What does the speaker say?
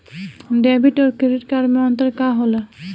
Debit और credit card मे अंतर का होला?